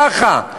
ככה.